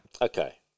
Okay